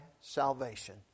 salvation